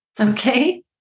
Okay